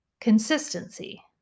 consistency